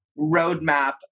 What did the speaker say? roadmap